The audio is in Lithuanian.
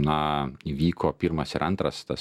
na įvyko pirmas ir antras tas